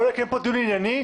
או להקים פה דיון ענייני.